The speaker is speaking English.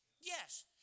yes